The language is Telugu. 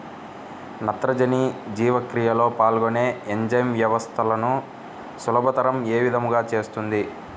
నత్రజని జీవక్రియలో పాల్గొనే ఎంజైమ్ వ్యవస్థలను సులభతరం ఏ విధముగా చేస్తుంది?